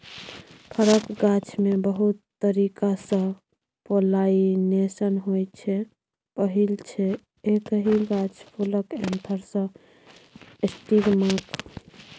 फरक गाछमे बहुत तरीकासँ पोलाइनेशन होइ छै पहिल छै एकहि गाछ फुलक एन्थर सँ स्टिगमाक